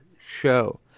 show